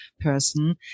person